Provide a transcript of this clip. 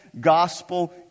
gospel